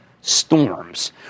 storms